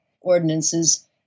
ordinances